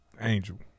Angel